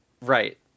Right